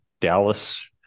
Dallas